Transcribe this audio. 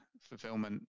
fulfillment